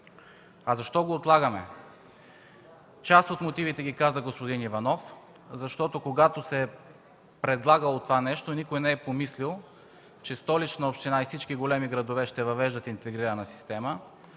Защо го отлагаме? Част от мотивите ги каза господин Иванов – защото когато се е предлагало това нещо, никой не е помислил, че Столичната община и всички големи градове ще въвеждат интегрирана система.